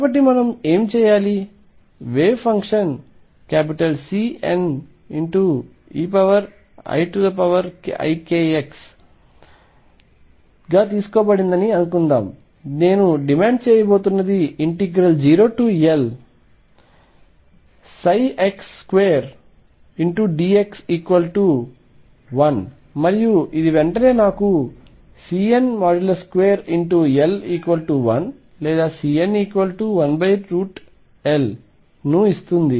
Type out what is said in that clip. కాబట్టి మనం ఏమి చేయాలి వేవ్ ఫంక్షన్ CNeikx గా తీసుకోబడుతుందని అనుకుందాం నేను డిమాండ్ చేయబోతున్నది 0Lx2 dx1 మరియు ఇది వెంటనే నాకు CN2L1 లేదా CN1L ను ఇస్తుంది